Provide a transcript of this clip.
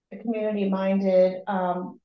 community-minded